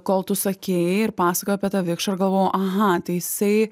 kol tu sakei ir pasakojai apie tą vikšrą ir galvojau aha tai jisai